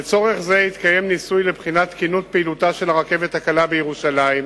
לצורך זה יתקיים ניסוי לבחינת תקינות פעילותה של הרכבת הקלה בירושלים,